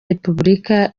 repubulika